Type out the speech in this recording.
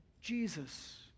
Jesus